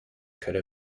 could